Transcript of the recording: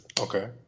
Okay